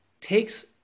takes